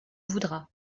voudras